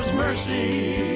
mercy